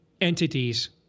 entities